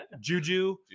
Juju